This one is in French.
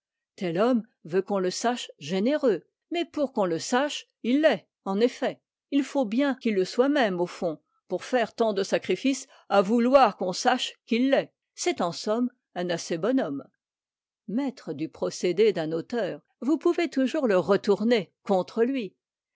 tel homme veut qu'on le sache généreux mais pour qu'on le sache il l'est en effet il faut bien qu'il le soit même au fond pour faire tant de sacrifices à vouloir qu'on sache qu'il l'est c'est en somme un assez bon homme maître du procédé d'un auteur vous pouvez toujours le retourner contre lui